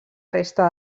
resta